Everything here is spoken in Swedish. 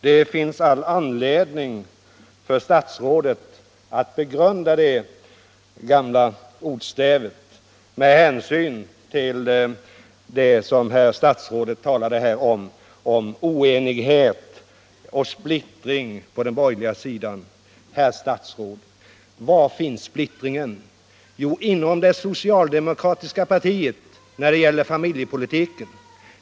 Statsrådet har all anledning att begrunda det gamla ordstävet med hänsyn till att statsrådet här talade om oenighet och splittring på den borgerliga sidan. Herr statsråd! Var finns splittringen? Jo, inom det socialdemokratiska partiet när det gäller familjepolitiken.